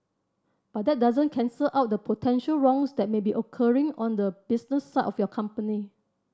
but that doesn't cancel out the potential wrongs that may be occurring on the business side of your company